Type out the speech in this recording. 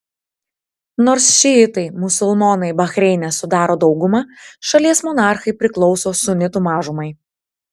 nors šiitai musulmonai bahreine sudaro daugumą šalies monarchai priklauso sunitų mažumai